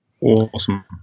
Awesome